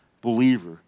believer